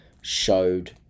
showed